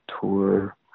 tour